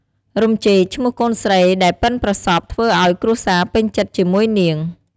រំចេក ឈ្មោះកូនស្រីដែលពិនប្រសប់ធ្វើអោយគ្រួសារពេញចិត្តជាមួយនាង។